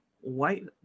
white